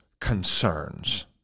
concerns